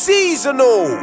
Seasonal